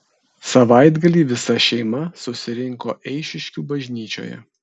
savaitgalį visa šeima susirinko eišiškių bažnyčioje